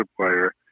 player